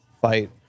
Fight